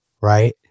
right